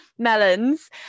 melons